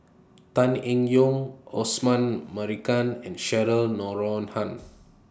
Tan Eng Yoon Osman Merican and Cheryl Noronha